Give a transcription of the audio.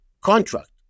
contract